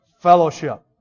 Fellowship